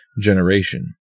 generation